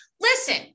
listen